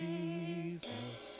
Jesus